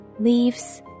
leaves